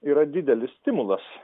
yra didelis stimulas